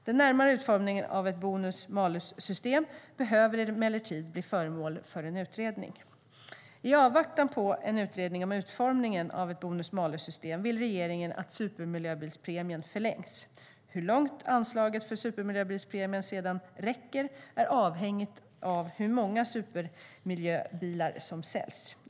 Den närmare utformningen av ett bonus-malus-system behöver emellertid bli föremål för en utredning.I avvaktan på en utredning om utformningen av ett bonus-malus-system vill regeringen att supermiljöbilspremien förlängs. Hur långt anslaget för supermiljöbilspremien sedan räcker är avhängigt av hur många supermiljöbilar som säljs.